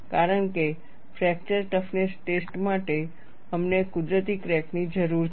કારણ કે fracture toughness test માટે અમને કુદરતી ક્રેક ની જરૂર છે